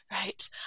right